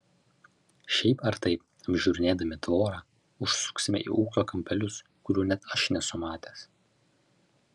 šiaip ar taip apžiūrinėdami tvorą užsuksime į ūkio kampelius kurių net aš nesu matęs